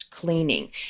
cleaning